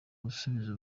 gusubiza